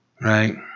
right